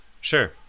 Sure